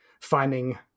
finding